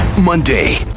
monday